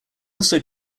also